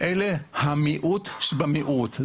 אלה המיעוט שבמיעוט.